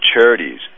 charities